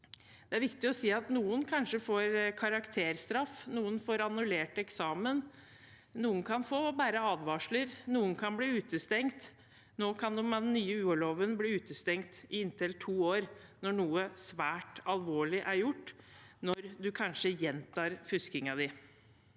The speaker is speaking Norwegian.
Det er viktig å si at noen kanskje får karakterstraff, noen får annullert eksamen, noen kan få bare en advarsel, og noen kan bli utestengt. Nå kan en med den nye UH-loven bli utestengt i inntil to år når noe svært alvorlig er gjort, når en kanskje gjentar fusket. Til